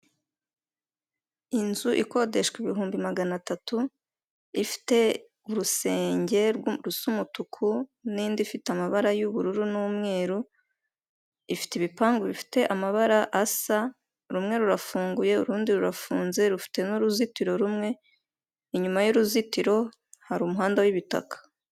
Inzu ikodeshwa ibihumbi magana atatu, ifite urusenge Risa umutuku, n'indi ifite amabara y'ubururu n'umweru, ifite ibipangu bifite amabara asa, rumwe rurafunguye urundi rurafunze, rufite n'uruzitiro rumwe, inyuma y'uruzitiro hari umuhanda w'ibitaka.